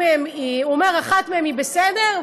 הוא אומר: אחת מהן היא בסדר,